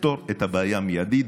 תפתור את הבעיה מיידית,